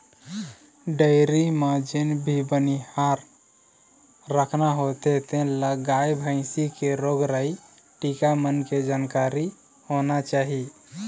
dairy म जेन भी बनिहार राखना होथे तेन ल गाय, भइसी के रोग राई, टीका मन के जानकारी होना चाही